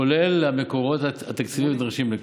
כולל המקורות התקציביים הנדרשים לכך.